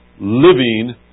living